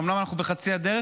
אומנם אנחנו בחצי הדרך,